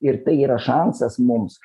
ir tai yra šansas mums